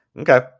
Okay